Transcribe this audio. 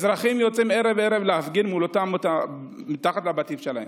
אזרחים יוצאים ערב-ערב להפגין מתחת לבתים שלהם.